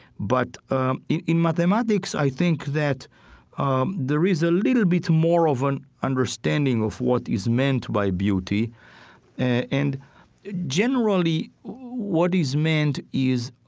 but um in in mathematics, i think that um there is a little bit more of an understanding of what is meant by beauty and generally what is meant is